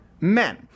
men